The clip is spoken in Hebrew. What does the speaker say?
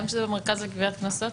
גם כשזה במשרד לגביית קנסות,